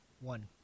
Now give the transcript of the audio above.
One